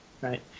right